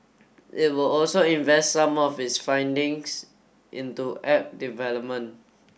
it will also invest some of its findings into app development